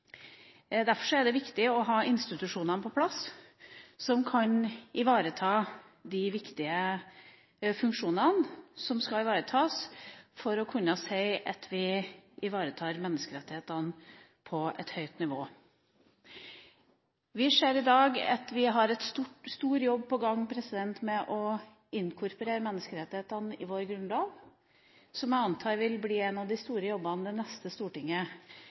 Derfor er det viktig å ha på plass institusjonene som kan ivareta de viktige funksjonene som skal ivaretas, for å kunne si at vi ivaretar menneskerettighetene på et høyt nivå. Vi ser i dag at vi har en stor jobb på gang med å inkorporere menneskerettighetene i vår grunnlov. Jeg antar at det vil bli en av de store jobbene det neste stortinget